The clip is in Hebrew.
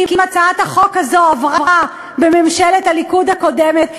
כי אם הצעת החוק הזאת עברה בממשלת הליכוד הקודמת,